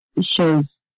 shows